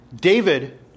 David